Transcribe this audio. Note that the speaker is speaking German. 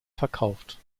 verkauft